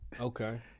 Okay